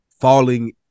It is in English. falling